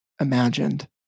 Imagined